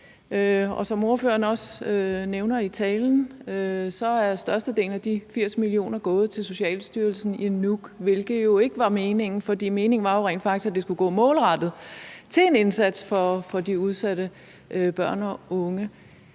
som ordføreren også nævner i talen, er størstedelen af de 80 mio. kr. gået til Socialstyrelsen i Nuuk, hvilket jo ikke var meningen. For meningen var jo rent faktisk, at det skulle gå målrettet til en indsats for de udsatte børn og unge.